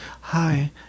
hi